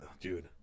dude